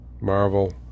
Marvel